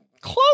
close